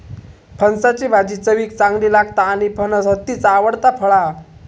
फणसाची भाजी चवीक चांगली लागता आणि फणस हत्तीचा आवडता फळ हा